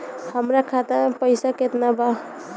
हमरा खाता में पइसा केतना बा?